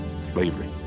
Slavery